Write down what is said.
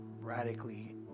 radically